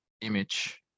image